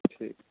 ठीक